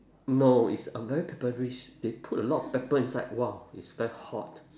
no it's a very pepperish they put a lot of pepper inside !wah! it's very hot